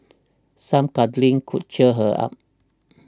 some cuddling could cheer her up